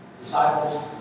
disciples